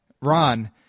Ron